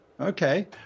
Okay